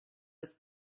his